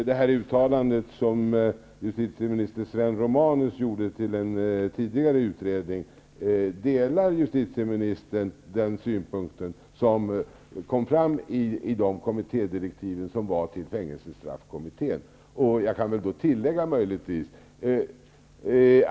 Herr talman! Jag fick inget svar på min fråga om det uttalande som justitieminister Sven Romanus gjorde till den tidigare utredningen. Delar justitieministern den synpunkt som framkom i kommittédirektiven till fängselsestraffkommittén?